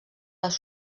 les